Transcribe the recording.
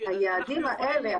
היעדים האלה,